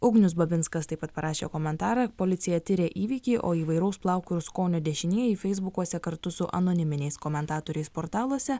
ugnius babinskas taip pat parašė komentarą policija tiria įvykį o įvairaus plauko ir skonio dešinieji feisbukuose kartu su anoniminiais komentatoriais portaluose